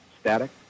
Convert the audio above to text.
static